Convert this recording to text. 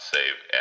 Save